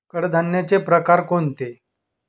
कडधान्याचे प्रकार कोणते?